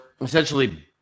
essentially